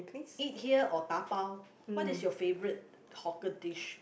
eat here or dabao what is your favourite hawker dish